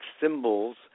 symbols